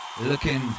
Looking